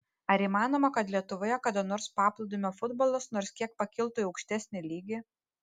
ar įmanoma kad lietuvoje kada nors paplūdimio futbolas nors kiek pakiltų į aukštesnį lygį